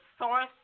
source